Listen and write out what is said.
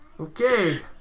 Okay